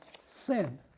sin